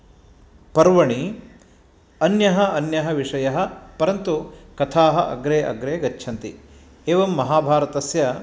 पर्वणि अन्यः अन्यः विषयः परन्तु कथाः अग्रे अग्रे गच्छन्ति एवं महाभारतस्य